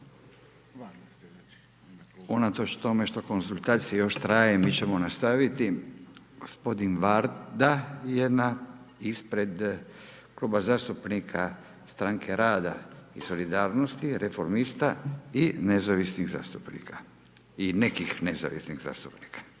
unatoč tome što konzultacije još traje, mi ćemo nastaviti, gospodin Varda je ispred Kluba zastupnika rada Strane rada i Solidarnosti, Reformista i nezavisnih zastupnika. I nekih nezavisnih zastupnika.